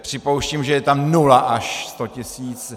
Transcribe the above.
Připouštím, že je tam nula až 100 tisíc.